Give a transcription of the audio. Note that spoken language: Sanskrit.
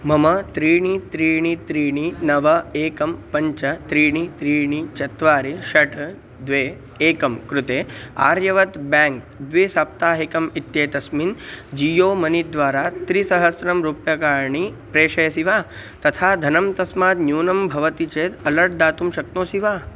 मम त्रीणि त्रीणि त्रीणि नव एकं पञ्च त्रीणि त्रीणि चत्वारि षट् द्वे एकं कृते आर्यवर्द् बेङ्क् द्विसप्ताहिकम् इत्येतस्मिन् जीयो मनी द्वारा त्रिसहस्रं रूप्यकाणि प्रेषयसि वा तथा धनं तस्मात् न्यूनं भवति चेत् अलर्ट् दातुं शक्नोसि वा